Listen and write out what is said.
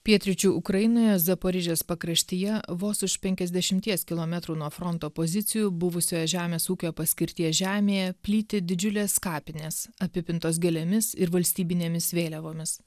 pietryčių ukrainoje zaporožės pakraštyje vos už penkiasdešimties kilometrų nuo fronto pozicijų buvusioje žemės ūkio paskirties žemėje plyti didžiulės kapinės apipintos gėlėmis ir valstybinėmis vėliavomis